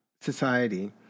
society